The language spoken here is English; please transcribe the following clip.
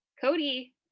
Cody